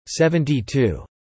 72